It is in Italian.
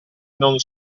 non